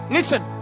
Listen